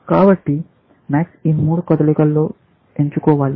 కాబట్టి MAX ఈ మూడు కదలికలలో ఎంచుకోవాలి